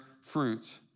fruit